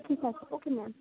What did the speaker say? ঠিক আছে okay ma'am